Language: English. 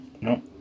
no